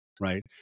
right